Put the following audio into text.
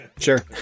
Sure